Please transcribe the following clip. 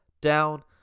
down